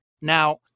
Now